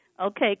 Okay